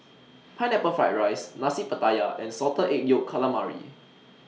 Pineapple Fried Rice Nasi Pattaya and Salted Egg Yolk Calamari